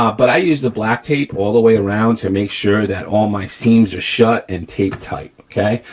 um but i use the black tape all the way around to make sure that all my seams are shut and tape tight, okay.